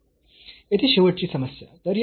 येथे शेवटची समस्या तर या 0